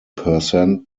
percent